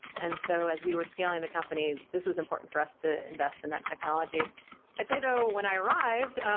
and so as we were scaling the company, this was important for us to invest in that technology i'd say though when i arrived, ah